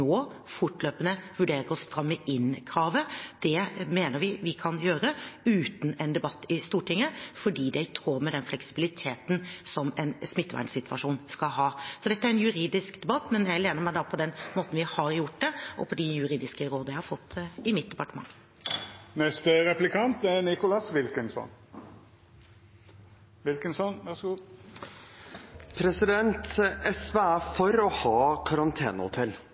vi kan gjøre uten en debatt i Stortinget, fordi det er i tråd med den fleksibiliteten en skal ha i en smittevernsituasjon. Dette er en juridisk debatt, men jeg lener meg på den måten vi har gjort det på, og på de juridiske rådene jeg har fått i mitt departement. SV er for å ha karantenehotell. Det er viktig. Men det er ingen lovforslag i denne saken om å